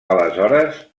aleshores